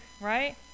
right